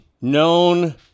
known